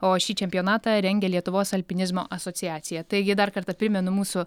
o šį čempionatą rengia lietuvos alpinizmo asociacija taigi dar kartą primenu mūsų